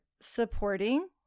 supporting